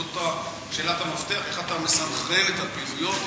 זאת שאלת המפתח, איך אתה מסנכרן את הפעילויות.